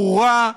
ברורה,